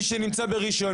מי שנמצא ברישיון,